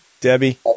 Debbie